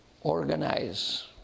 organize